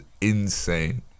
insane